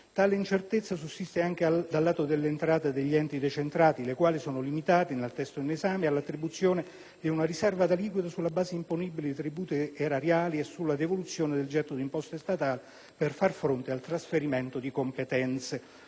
Tale incertezza sussiste anche dal lato delle entrate degli enti decentrati le quali sono limitate, nel testo in esame, all'attribuzione di una riserva d'aliquota sulle basi imponibili di tributi erariali e sulla devoluzione del gettito di imposte statali per far fronte al trasferimento di competenze.